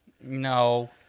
No